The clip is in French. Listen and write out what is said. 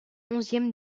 onzième